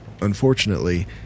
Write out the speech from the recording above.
Unfortunately